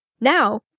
Now